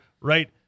right